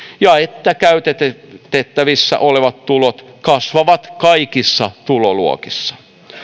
ja että käytettävissä olevat tulot kasvavat kaikissa tuloluokissa